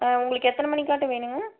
ஆ உங்களுக்கு எத்தனை மணிக்காட்டம் வேணும்ங்க